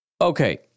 Okay